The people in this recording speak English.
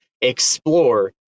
explore